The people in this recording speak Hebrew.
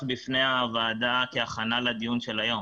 בפני הוועדה כהכנה לדיון של היום.